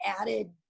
added